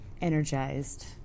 energized